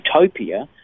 utopia